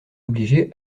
obliger